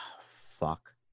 Fuck